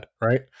right